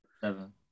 Seven